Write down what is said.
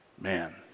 Man